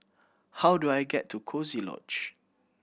how do I get to Coziee Lodge